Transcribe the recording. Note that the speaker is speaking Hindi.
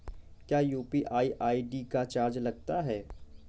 क्या यू.पी.आई आई.डी का चार्ज लगता है?